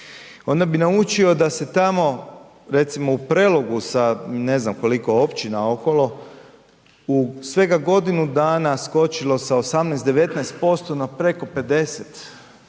Onda bi naučio da se tamo recimo u Prelogu sa ne znam koliko općina okolo, u svega godinu dana skočilo sa 18, 19% na preko 50